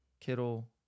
Kittle